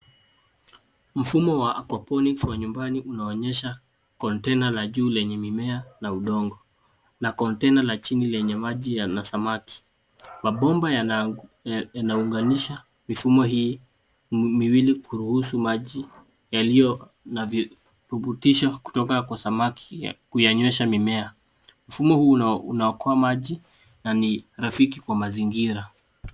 Mfumo wa aquaponics wa nyumbani unaonyesha container la juu lamimea na udongo na container la chini lenye maji yana samaki. Mabomba yanaunganisha mifumo hii miwili kuruhusu maji yalyo na virutubisho kutoka kwa samaki kuyanywesha mimea. Mfumo huu unaokoa maji na ni rafiki kwa mazingira.